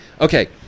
okay